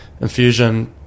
Infusion